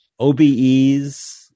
OBEs